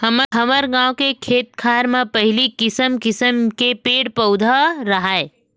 हमर गाँव के खेत खार म पहिली किसम किसम के पेड़ पउधा राहय